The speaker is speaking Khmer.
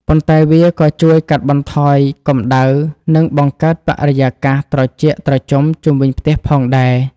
ប៉ុន្តែវាក៏ជួយកាត់បន្ថយកម្ដៅ និងបង្កើតបរិយាកាសត្រជាក់ត្រជុំជុំវិញផ្ទះផងដែរ។